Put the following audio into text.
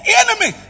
enemy